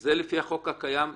האם זה לפי החוק הקיים?